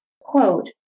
quote